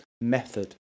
method